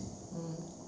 mm